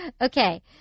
Okay